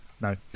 no